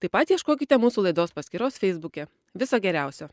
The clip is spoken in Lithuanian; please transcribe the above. taip pat ieškokite mūsų laidos paskyros feisbuke viso geriausio